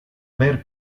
ver